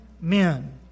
men